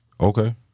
Okay